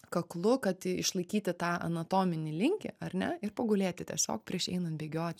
kaklu kad išlaikyti tą anatominį linkį ar ne ir pagulėti tiesiog prieš einant bėgiot